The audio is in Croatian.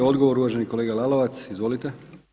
I odgovor uvaženi kolega Lalovac, izvolite.